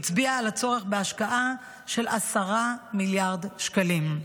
הצביע על הצורך בהשקעה של 10 מיליארד שקלים.